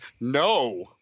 no